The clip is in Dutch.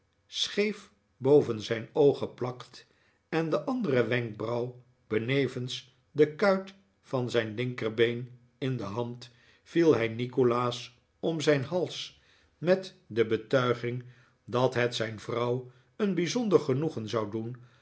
scheef boven zijn oog geplakt en de andere wenkbrauw benevens de kuit van zijn linkerbeen in de hand viel hij nikolaas om zijn hals met de betuiging dat het zijn vrouw een bijzonder genoegen zou doen